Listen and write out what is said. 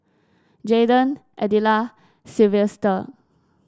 Jaeden Adella Silvester